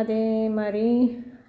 அதேமாதிரி